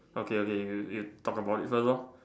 okay okay you talk about it first lor